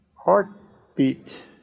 Heartbeat